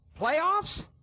playoffs